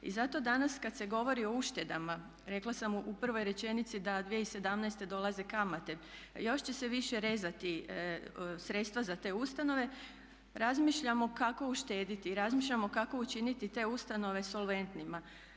I zato danas kada se govori o uštedama, rekla sam u prvoj rečenici da 2017. dolaze kamate, još će se više rezati sredstva za te ustanove, razmišljamo kako uštedjeti, razmišljamo kako učiniti te ustanove solventnima.